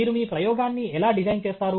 మీరు మీ ప్రయోగాన్ని ఎలా డిజైన్ చేస్తారు